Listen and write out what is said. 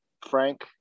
Frank